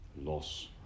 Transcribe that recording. loss